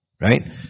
right